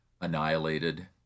annihilated